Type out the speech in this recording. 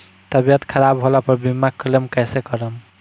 तबियत खराब होला पर बीमा क्लेम कैसे करम?